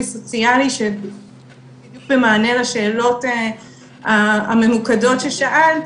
סוציאלי שזה בדיוק למענה השאלות הממוקדות ששאלת,